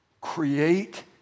create